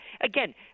again